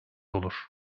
olur